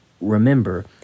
Remember